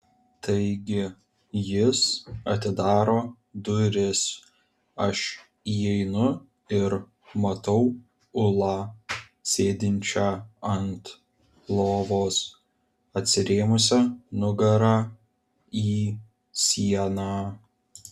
taigi jis atidaro duris aš įeinu ir matau ulą sėdinčią ant lovos atsirėmusią nugara į sieną